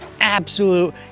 absolute